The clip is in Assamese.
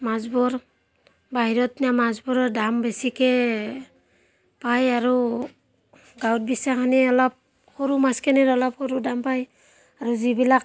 মাছবোৰ বাহিৰত নিয়া মাছবোৰৰ দাম বেছিকৈ পায় আৰু গাঁৱত বেচাখিনি অলপ সৰু মাছখিনিৰ অলপ সৰু দাম পায় আৰু যিবিলাক